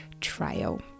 trial